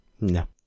No